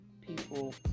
people